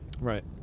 Right